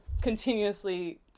continuously